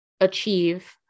achieve